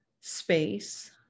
space